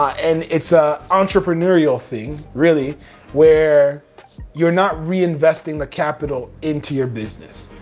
and it's a entrepreneurial thing really where you're not reinvesting the capital into your business,